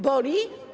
Boli?